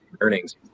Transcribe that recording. earnings